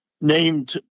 named